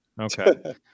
Okay